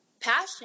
passion